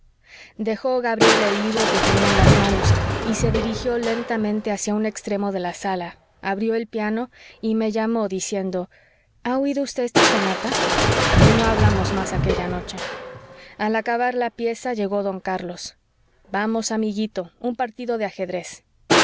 dejó gabriela el libro que tenía en las manos y se dirigió lentamente hacia un extremo de la sala abrió el piano y me llamó diciendo ha oído usted esta sonata y no hablamos más aquella noche al acabar la pieza llegó don carlos vamos amiguito un partido de ajedrez